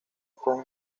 con